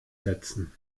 setzen